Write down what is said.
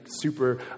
super